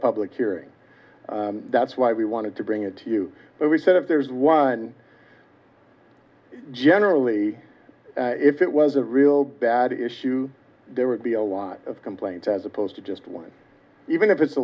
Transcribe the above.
public hearing that's why we wanted to bring it to you but we said if there's one generally if it was a real bad issue there would be a lot of complaints as opposed to just one even if it's a